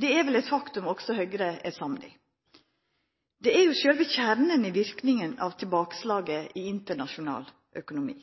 Det er vel eit faktum som òg Høgre er samd i. Det er sjølve kjernen når det gjeld verknaden av tilbakeslaget i internasjonal økonomi.